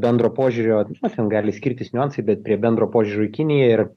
bendro požiūrio ten gali skirtis niuansai bet prie bendro požiūriu į kiniją ir